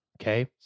okay